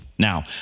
Now